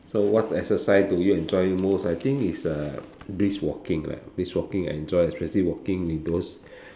so what exercise do you enjoy most I think it's uh brisk walking lah brisk walking I enjoy especially walking in those